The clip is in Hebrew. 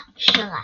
השרת.